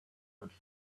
much